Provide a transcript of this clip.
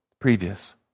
previous